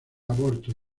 aborto